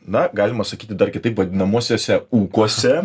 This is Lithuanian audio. na galima sakyti dar kitaip vadinamuosiuose ūkuose